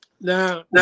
Now